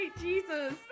jesus